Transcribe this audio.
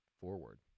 forward